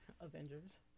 Avengers